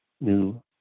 new